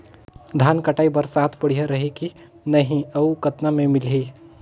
धान कटाई बर साथ बढ़िया रही की नहीं अउ कतना मे मिलही?